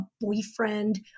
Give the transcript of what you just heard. boyfriend